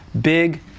big